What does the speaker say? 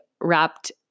wrapped